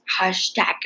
hashtag